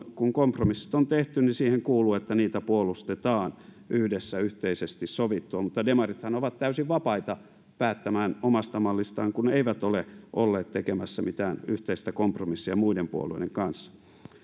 kun kompromissit on tehty siihen kuuluu että niitä puolustetaan yhdessä sitä yhteisesti sovittua mutta demarithan ovat täysin vapaita päättämään omasta mallistaan kun eivät ole olleet tekemässä mitään yhteistä kompromissia muiden puolueiden kanssa